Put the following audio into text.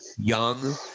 young